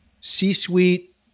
C-suite